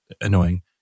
annoying